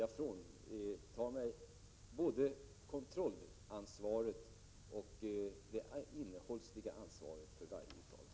Jag fråntar mig både kontrollansvaret och det innehållsliga ansvaret för varje sådant uttalande.